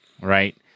right